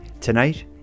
Tonight